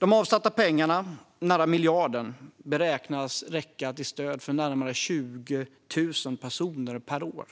De avsatta pengarna, nära miljarden, beräknas räcka till stöd för närmare 20 000 personer per år.